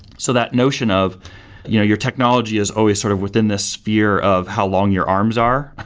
so that notion of you know your technology is always sort of within the sphere of how long your arms are,